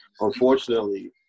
unfortunately